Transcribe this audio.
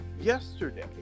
yesterday